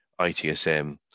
ITSM